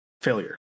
failure